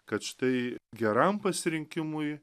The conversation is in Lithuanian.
kad štai geram pasirinkimui